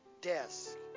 desk